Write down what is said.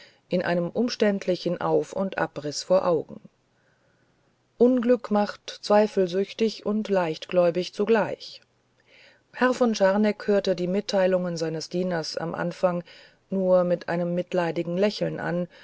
in einem umständlichen auf und abriß vor augen unglück macht zweifelsüchtig und leichtgläubig zugleich herr von scharneck hörte die mitteilungen seines dieners im anfang nur mit einem mitleidigen lächeln an